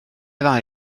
ddau